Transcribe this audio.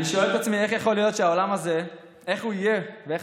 אני שואל את עצמי איך העולם הזה יהיה ואיך